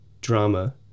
drama